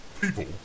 people